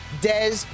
Des